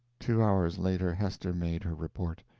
two hours later hester made her report.